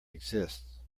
exist